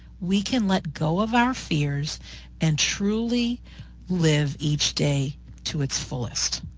we can let go of our fears and truly live each day to it's fullest.